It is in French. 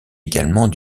également